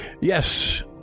Yes